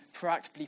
proactively